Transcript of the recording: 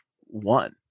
one